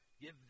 give